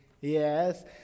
yes